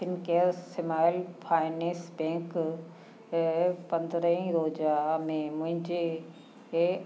Fincare small finance bank खे पंद्रहें रोजा में मुंहिंजे हे